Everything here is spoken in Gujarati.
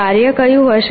કાર્ય કયું છે